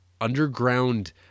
underground